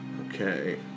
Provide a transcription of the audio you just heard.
Okay